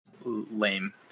lame